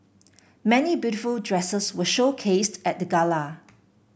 many beautiful dresses were showcased at the gala